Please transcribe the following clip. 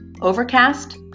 Overcast